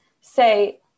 say